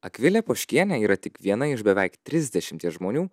akvilė poškienė yra tik viena iš beveik trisdešimties žmonių